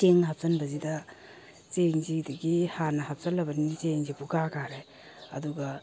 ꯆꯦꯡ ꯍꯥꯞꯆꯤꯟꯕꯁꯤꯗ ꯆꯦꯡꯁꯤꯗꯒꯤ ꯍꯥꯟꯅ ꯍꯥꯞꯆꯤꯟꯂꯕꯅꯤꯅ ꯆꯦꯡꯁꯦ ꯄꯨꯝꯀꯥ ꯀꯥꯔꯦ ꯑꯗꯨꯒ